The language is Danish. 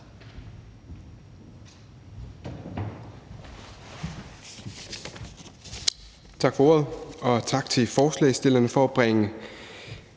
Tak for ordet, og tak til forslagsstillerne for igen at bringe